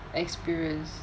experience